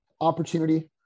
opportunity